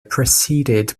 preceded